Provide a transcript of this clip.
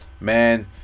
man